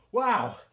Wow